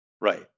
Right